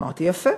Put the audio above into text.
אמרתי: יפה,